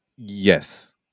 Yes